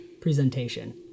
presentation